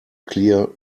clear